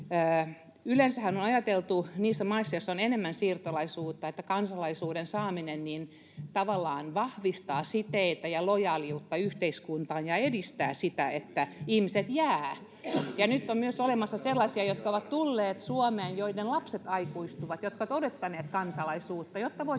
Yleensähän on ajateltu niissä maissa, joissa on enemmän siirtolaisuutta, että kansalaisuuden saaminen tavallaan vahvistaa siteitä ja lojaaliutta yhteiskuntaan ja edistää sitä, että ihmiset jäävät. [Kimmo Kiljunen: Juuri niin!] Ja nyt on olemassa myös sellaisia, jotka ovat tulleet Suomeen, joiden lapset aikuistuvat, jotka ovat odottaneet kansalaisuutta, jotta voisivat